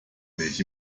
milch